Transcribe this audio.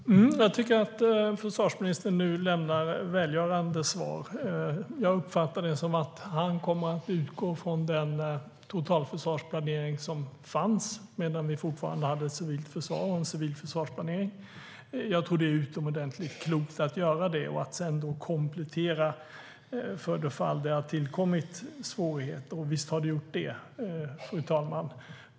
Fru talman! Jag tycker att försvarsministern nu lämnar välgörande svar. Jag uppfattar det så att han kommer att utgå från den totalförsvarsplanering som fanns medan vi fortfarande hade ett civilt försvar och en civil försvarsplanering. Jag tror att det är utomordentligt klokt att göra det och sedan komplettera för det fall det har tillkommit svårigheter - och visst har det gjort det, fru talman.